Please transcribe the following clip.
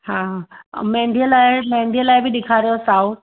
हा मेहंदी मेहंदीअ लाइ बि ॾेखारियो साओ